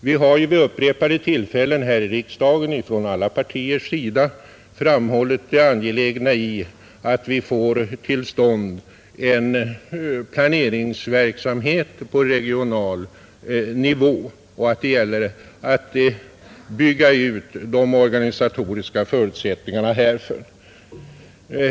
Vi har vid upprepade tillfällen i riksdagen från alla partiers sida framhållit det angelägna i att vi får till stånd en planeringsverksamhet på regional nivå och att det gäller att bygga ut de organisatoriska förutsättningarna härför.